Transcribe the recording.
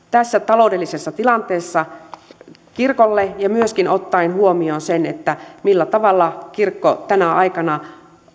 tässä taloudellisessa tilanteessa kirkolle ja myöskin ottaen huomioon sen millä tavalla kirkko tänä aikana